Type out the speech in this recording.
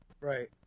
Right